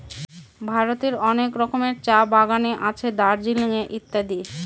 ভারতের অনেক রকমের চা বাগানে আছে দার্জিলিং এ ইত্যাদি